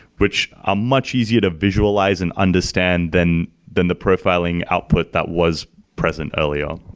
which are much easier to visualize and understand than than the profiling output that was present earlier.